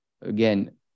again